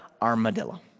armadillo